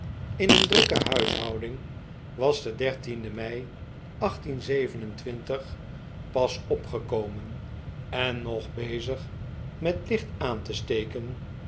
in een drukke huishouding was de dertiende me pas opgekomen en nog bezig met licht aan te steken